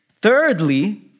Thirdly